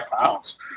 pounds